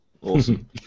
Awesome